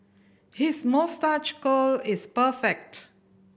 his moustache curl is perfect